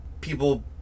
people